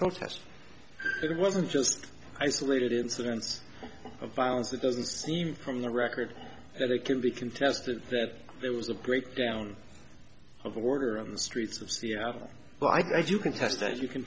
that it wasn't just isolated incidents of violence that doesn't seem from the record that it can be contested that there was a breakdown of order on the streets of seattle but i think you can